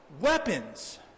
weapons